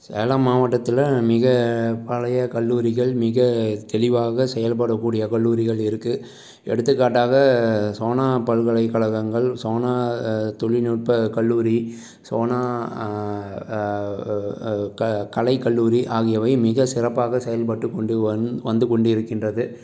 சேலம் மாவட்டத்தில் மிக பழைய கல்லூரிகள் மிக தெளிவாக செயல்படக்கூடிய கல்லூரிகள் இருக்குது எடுத்துக்காட்டாக சோனா பல்கலைக்கழகங்கள் சோனா தொழில்நுட்ப கல்லூரி சோனா க கலைக்கல்லூரி ஆகியவை மிகச்சிறப்பாக செயல்பட்டு கொண்டு வந் வந்து கொண்டு இருக்கின்றது